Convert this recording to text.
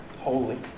holy